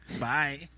bye